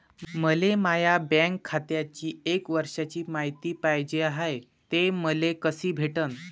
मले माया बँक खात्याची एक वर्षाची मायती पाहिजे हाय, ते मले कसी भेटनं?